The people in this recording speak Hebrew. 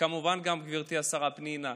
וכמובן גברתי השרה פנינה.